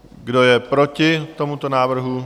Kdo je proti tomuto návrhu?